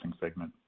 segment